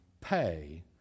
pay